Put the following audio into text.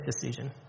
decision